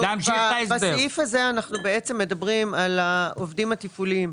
בסעיף הזה אנחנו מדברים על העובדים התפעוליים.